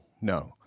No